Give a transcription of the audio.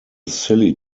silly